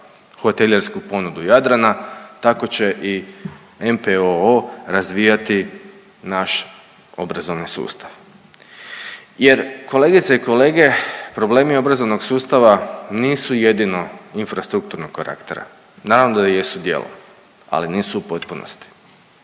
hotelijersku ponudu Jadrana, tako će i NPOO razvijati naš obrazovni sustav. Jer kolegice i kolege problemi obrazovnog sustava nisu jedino infrastrukturnog karaktera. Naravno da jesu dijelom, ali nisu u potpunosti.